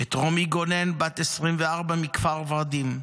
את רומי גונן, בת 24, מכפר ורדים,